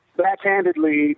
backhandedly